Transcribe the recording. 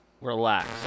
relax